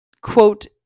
quote